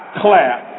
clap